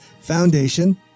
Foundation